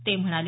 ते म्हणाले